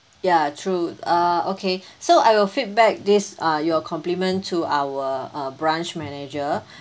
ya true uh okay so I will feedback this uh your compliment to our uh branch manager